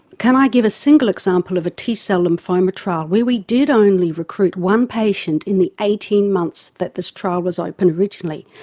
can i give a single example of a t-cell lymphoma trial where we did only recruit one patient in the eighteen months that this trial was opened originally,